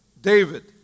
David